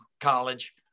college